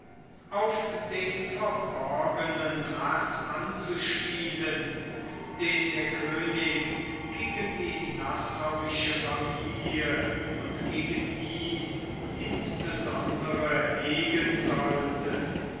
auf den verborgenen haß anzuspielen den der könig gegen die nassauische familie und gegen ihn insbesondere hegen sollte